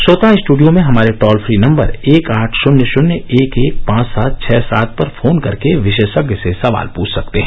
श्रोता स्टूडियो में हमारे टोल फ्री नम्बर एक आठ शुन्य शुन्य एक एक पांच सात छः सात पर फोन करके विशेषज्ञ से सवाल पूछ सकते हैं